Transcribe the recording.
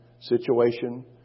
situation